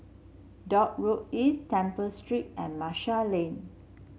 Dock Road East Temple Street and Marshall Lane